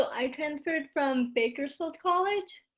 i transferred from bakersfield college.